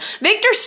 Victor